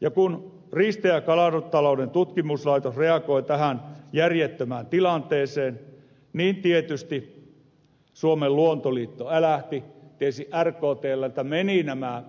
ja kun riista ja kalatalouden tutkimuslaitos reagoi tähän järjettömään tilanteeseen niin tietysti suomen luonnonsuojeluliitto älähti tiesi että rktlltä menivät nämä